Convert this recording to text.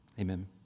Amen